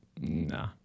nah